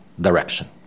direction